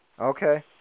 okay